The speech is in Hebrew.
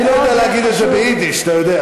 אני לא יודע להגיד את זה ביידיש, אתה יודע.